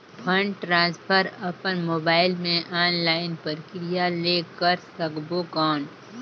Fund transfer अपन mobile मे online प्रक्रिया ले कर सकबो कौन?